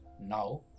now